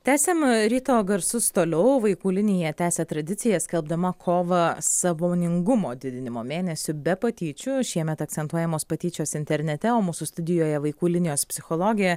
tęsiam ryto garsus toliau vaikų linija tęsia tradiciją skelbdama kovą sąmoningumo didinimo mėnesiu be patyčių šiemet akcentuojamos patyčios internete o mūsų studijoje vaikų linijos psichologė